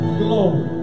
glory